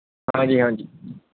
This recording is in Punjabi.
ਹਾਂਜੀ ਹਾਂਜੀ